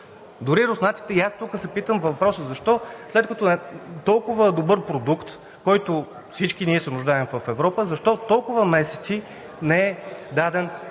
Дори руснаците и тук се питам във въпроса защо след като е толкова добър продукт, който всички ние се нуждаем в Европа – защо толкова месеци не е даден за